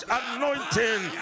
anointing